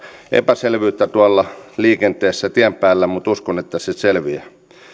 epäselvyyttä tuolla liikenteessä ja tien päällä mutta uskon että se selviää